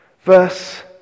Verse